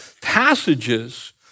passages